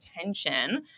attention